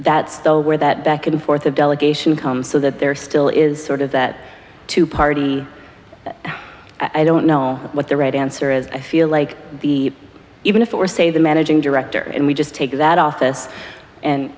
that's where that back and forth of delegation so that there still is sort of that two party i don't know what the right answer is i feel like even if it were say the managing director and we just take that office and